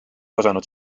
osanud